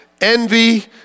envy